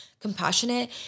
compassionate